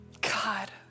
God